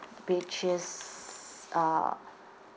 which is uh